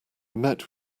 met